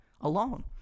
alone